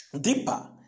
deeper